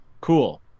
cool